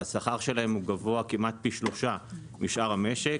והשכר שלהם הוא גבוה כמעט פי שלושה משאר המשק.